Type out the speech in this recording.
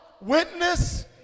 Witness